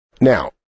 Now